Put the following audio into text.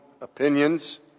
opinions